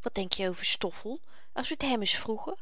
wat denk je over stoffel als we t hèm eens vroegen